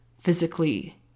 physically